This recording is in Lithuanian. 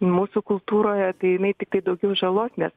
mūsų kultūroje tai jinai tiktai daugiau žalos nes